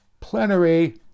plenary